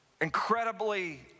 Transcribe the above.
incredibly